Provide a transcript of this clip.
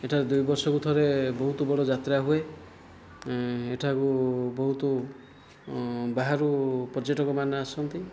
ଏଠାରେ ଦୁଇ ବର୍ଷକୁ ଥରେ ବହୁତ ବଡ଼ ଯାତ୍ରା ହୁଏ ଏଠାକୁ ବହୁତ ବାହାରୁ ପର୍ଯ୍ୟଟକ ମାନେ ଆସନ୍ତି